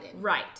Right